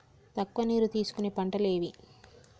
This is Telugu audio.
తక్కువ నీరు తీసుకునే పంటలు ఏవి?